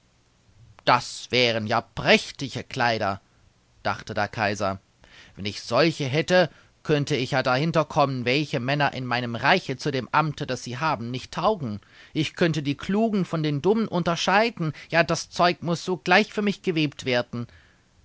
das wären ja prächtige kleider dachte der kaiser wenn ich solche hätte könnte ich ja dahinter kommen welche männer in meinem reiche zu dem amte das sie haben nicht taugen ich könnte die klugen von den dummen unterscheiden ja das zeug muß sogleich für mich gewebt werden